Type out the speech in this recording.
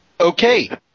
Okay